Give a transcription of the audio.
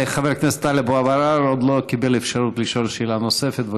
חבר הכנסת טלב אבו עראר עוד לא קיבל אפשרות לשאול שאלה נוספת.